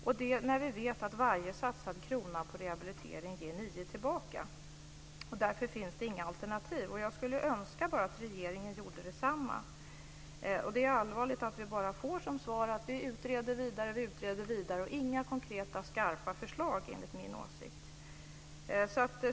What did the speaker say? Eftersom vi vet att varje krona som satsas på rehabilitering ger nio kronor tillbaka finns det inga alternativ. Jag skulle önska att regeringen gjorde som vi. Det är allvarligt att vi bara får som svar att vi utreder vidare. Det är inga konkreta, skarpa förslag enligt min åsikt.